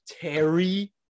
Terry